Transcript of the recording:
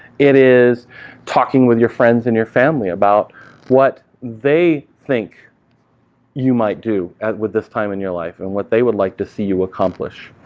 it is talking with your friends and your family about what they think you might do with this time in your life. and what they would like to see you accomplish.